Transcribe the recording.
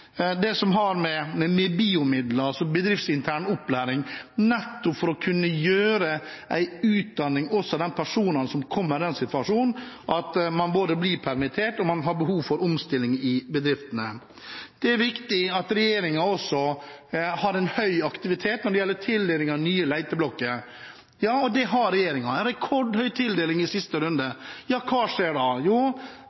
det som har med BIO-midler å gjøre, altså bedriftsintern opplæring, nettopp for å kunne ta en utdanning, også de personene som kommer i den situasjonen at man både blir permittert og har behov for omstilling i bedriften. Det er viktig at regjeringen også har høy aktivitet når det gjelder tildeling av nye leteblokker. Ja, det har regjeringen – en rekordhøy tildeling i siste runde.